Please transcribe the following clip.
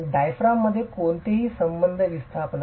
diaphragm मध्ये कोणतेही संबंधित विस्थापना